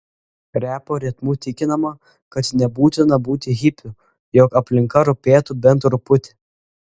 repo ritmu tikinama kad nebūtina būti hipiu jog aplinka rūpėtų bent truputį